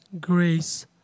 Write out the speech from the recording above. grace